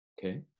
Okay